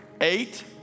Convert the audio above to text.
Eight